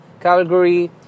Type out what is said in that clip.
Calgary